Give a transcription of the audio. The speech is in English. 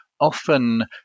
often